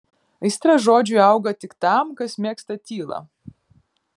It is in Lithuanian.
aistra žodžiui auga tik tam kas mėgsta tylą